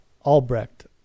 Albrecht